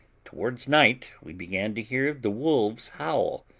towards night we began to hear the wolves howl,